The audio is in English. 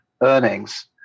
earnings